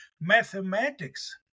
Mathematics